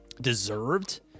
deserved